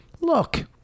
look